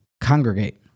congregate